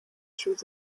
through